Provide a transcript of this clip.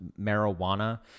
marijuana